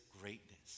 greatness